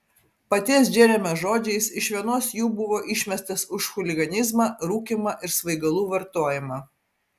paties džeremio žodžiais iš vienos jų buvo išmestas už chuliganizmą rūkymą ir svaigalų vartojimą